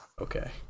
okay